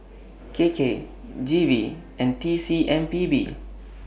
K K G V and T C M P B